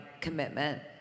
commitment